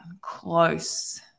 close